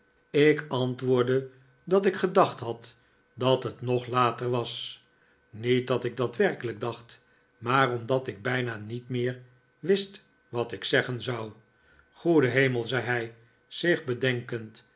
ik antwoordde dat ik gedacht had dat het nog later was niet dat ik dat werkelijk dacht maar omdat ik bijna niet meer wist wat ik zeggen zou goede hemel zei hij zich bedenkend